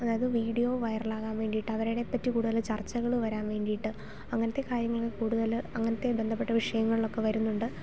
അതായത് വീഡ്യോ വയറലാകാൻ വേണ്ടിട്ട് അവരടേപ്പറ്റി കൂടുതൽ ചർച്ചകൾ വരാൻ വേണ്ടീട്ട് അങ്ങനത്തെ കാര്യങ്ങൾ കൂടുതൽ അങ്ങനത്തെ ബന്ധപ്പെട്ട വിഷയങ്ങൾ ഒക്കെ വരുന്നുണ്ട്